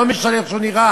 ולא משנה איך הוא נראה,